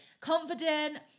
confident